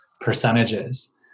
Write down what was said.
percentages